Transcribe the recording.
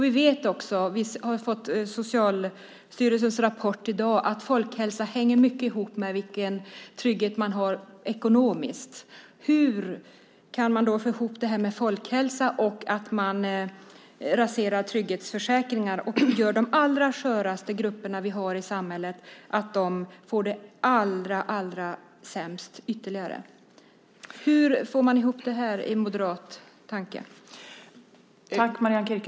Vi har också fått Socialstyrelsens rapport i dag som säger att folkhälsan hänger mycket ihop med vilken trygghet man har ekonomiskt. Hur kan man rasera trygghetsförsäkringar och göra så att de allra sköraste grupper vi har i samhället får det ännu sämre och få ihop det med folkhälsan? Hur får man ihop det i moderat tanke?